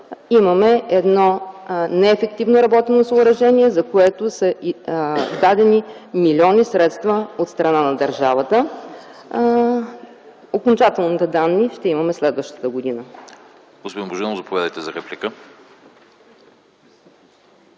имаме неефективно работещо съоръжение, за което са дадени милиони средства от страна на държавата. Окончателните данни ще имаме следващата година.